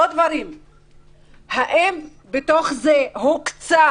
האם בתוך זה הוקצו